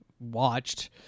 watched